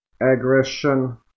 aggression